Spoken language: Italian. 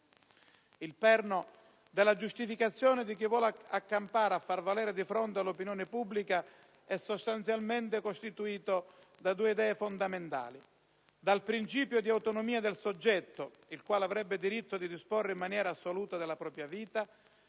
Il perno della giustificazione che si vuole accampare e far valere di fronte all'opinione pubblica è sostanzialmente costituito da due idee fondamentali: da un lato dal principio di autonomia del soggetto, il quale avrebbe diritto di disporre in maniera assoluta della propria vita;